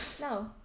No